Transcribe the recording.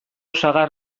sagar